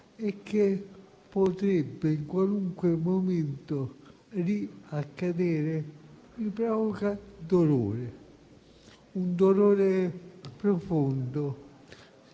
e che potrebbe in qualunque momento riaccadere mi provoca davvero dolore, un dolore profondo,